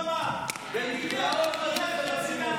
שעמד והסית מעל הבמה וגידף חצי מהעם.